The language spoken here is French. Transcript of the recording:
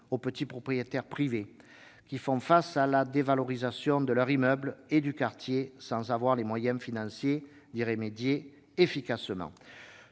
aux petits propriétaires privés qui font face à la dévalorisation de leur immeuble et du quartier sans avoir les moyens financiers d'y remédier efficacement.